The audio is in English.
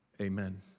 Amen